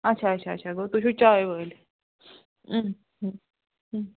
اَچھا اَچھا اَچھا گوٚو تُہۍ چھُو چایہِ وٲلۍ